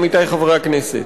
עמיתי חברי הכנסת,